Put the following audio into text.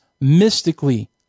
mystically